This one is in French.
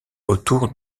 autour